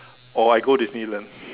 or I go Disneyland